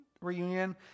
reunion